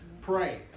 pray